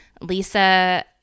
Lisa